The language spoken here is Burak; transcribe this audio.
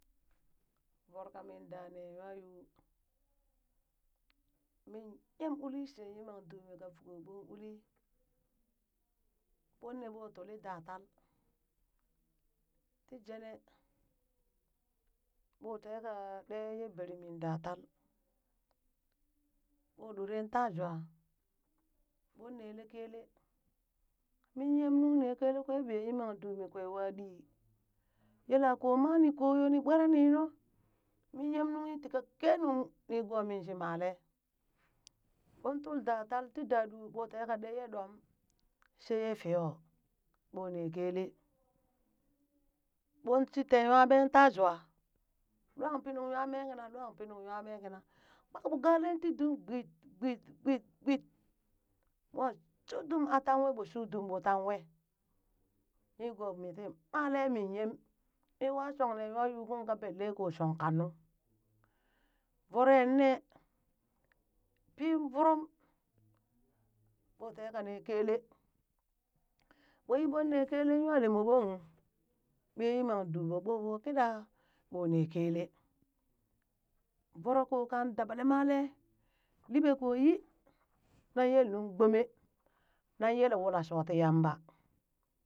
Voro kamin daa nee nyauu min yem uuli she yimang duumi ƙaa voko, ɓong uli ɓon nee ɓoo tuli datal, tii jene ɓoo tee ka ɗee ye bermii da tal ɓoo doree ta jawa ɓoon nele kelee min yem nung nee kelee kwee ɓiye yimang duumi kwee wa ɗii yela koo manii koo yoo nii ɓwere ni nuu min yem nue tikekenu nigoo min shi malee, ɓong tul datal tii da duu ɓoo teka ɗee yee ɗom, she yee fiyo, ɓoo ne kelee ɓong shi tee nyamee ta jwaa lwan pii nung nywa mee kiinaa lwa pii nung nywa mee kina kpank ɓoo galee tii dum gbit gbit gbit mwa shuudum aa taa wee ɓoo shuudum aa taa wee. Nigoomi tii malee min yem mii wa shong nywauu yuukung ka benelee koo shong kannu voroen nee pii vorom ɓoh teeka nee kelee ɓong yi ɓon nee kele nywa lem ɓoɓokung ɓiye yimman du ɓo, ɓooh wo kiɗa ɓoh nelee kelee voro kong kan daba malee liɓee koo yii nan yelee nuŋ gbomee nan yee wuula shoo tii yamba